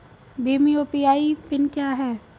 Bhim UPI PIN क्या है?